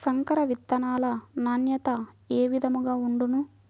సంకర విత్తనాల నాణ్యత ఏ విధముగా ఉండును?